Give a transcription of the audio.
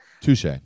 touche